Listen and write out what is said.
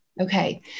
Okay